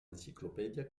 enciclopèdia